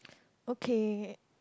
okay